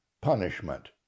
punishment